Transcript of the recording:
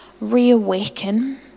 reawaken